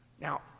Now